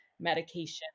medication